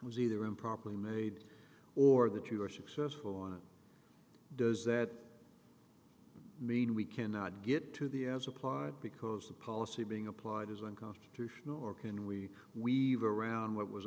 challenge was either improperly made or that you were successful on it does that mean we cannot get to the as applied because the policy being applied is unconstitutional or can we weave around what was